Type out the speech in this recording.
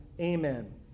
Amen